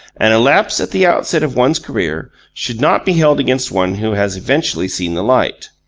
and a lapse at the outset of one's career should not be held against one who has eventually seen the light.